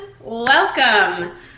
welcome